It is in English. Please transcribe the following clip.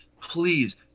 please